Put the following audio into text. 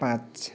पाँच